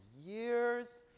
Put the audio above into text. years